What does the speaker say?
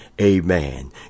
Amen